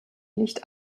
nicht